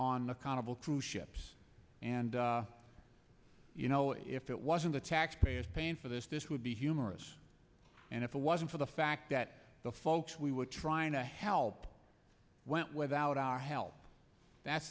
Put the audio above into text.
on the condo cruise ships and you know if it wasn't the taxpayers paying for this this would be humorous and if it wasn't for the fact that the folks we were trying to help went without our help that's